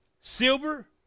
silver